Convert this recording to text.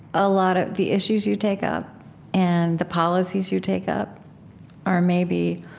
a lot of the issues you take up and the policies you take up are maybe,